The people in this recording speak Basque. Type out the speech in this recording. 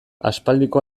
aspaldiko